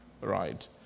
right